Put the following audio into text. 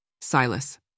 Silas